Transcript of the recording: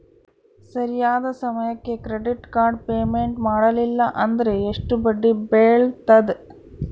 ಸರಿಯಾದ ಸಮಯಕ್ಕೆ credit card payment ಮಾಡಲಿಲ್ಲ ಅಂದ್ರೆ ಎಷ್ಟು ಬಡ್ಡಿ ಬೇಳ್ತದ?